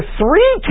three